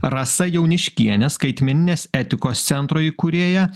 rasa jauniškienė skaitmeninės etikos centro įkūrėja